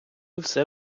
все